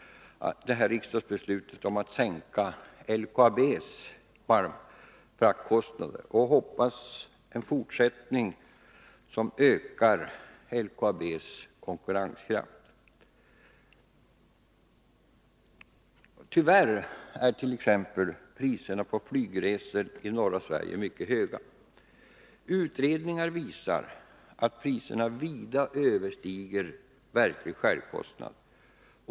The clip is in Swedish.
Riksdagsbeslutet om att sänka LKAB:s malmfraktkostnader var därför en stor framgång. Jag hoppas att en fortsättning följer, som ökar LKAB:s konkurrenskraft. Tyvärr är priserna på flygresor i norra Sverige mycket höga. Utredningar visar att priserna vida överstiger verklig självkostnad.